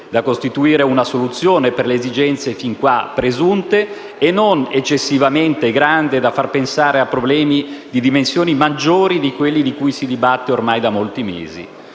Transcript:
da costituire una soluzione per le esigenze fin qua presunte e non eccessivamente grande da far pensare a problemi di dimensioni maggiori di quelli di cui si dibatte ormai da molti mesi.